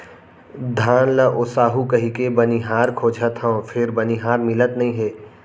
धान ल ओसाहू कहिके बनिहार खोजत हँव फेर बनिहार मिलत नइ हे